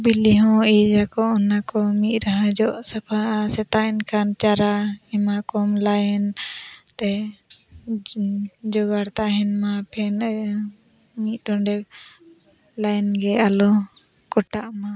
ᱵᱤᱞᱤ ᱦᱚᱸ ᱤᱭᱟᱹᱭᱟᱠᱚ ᱚᱱᱟ ᱠᱚ ᱢᱤᱫ ᱨᱟᱦᱟ ᱡᱚᱜ ᱥᱟᱯᱷᱟᱜᱼᱟ ᱥᱮᱛᱟᱜ ᱮᱱ ᱠᱷᱟᱱ ᱪᱟᱨᱟ ᱮᱢᱟ ᱠᱚᱢ ᱛᱮ ᱡᱚᱜᱟᱲ ᱛᱟᱦᱮᱱ ᱢᱟ ᱢᱤᱫ ᱰᱚᱸᱰᱮᱠ ᱜᱮ ᱟᱞᱚ ᱠᱟᱴᱟᱜ ᱢᱟ